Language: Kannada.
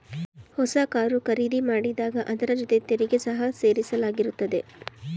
ಹೊಸ ಕಾರು ಖರೀದಿ ಮಾಡಿದಾಗ ಅದರ ಜೊತೆ ತೆರಿಗೆ ಸಹ ಸೇರಿಸಲಾಗಿರುತ್ತದೆ